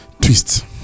twist